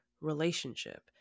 relationship